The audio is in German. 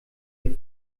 ihr